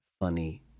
funny